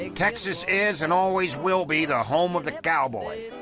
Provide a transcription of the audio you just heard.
ah texas is and always will be the home of the cowboy.